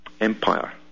empire